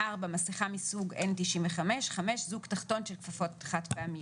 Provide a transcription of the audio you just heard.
מסיכה מסוג N-95; זוג תחתון של כפפות חד פעמיות,